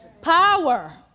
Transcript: power